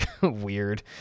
weird